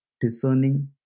discerning